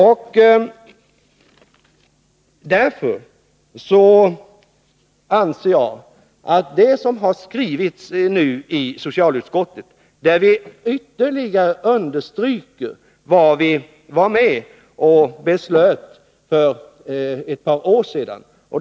I socialutskottets skrivning har vi ytterligare understrukit vad vi var med om att besluta för ett par år sedan.